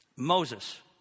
Moses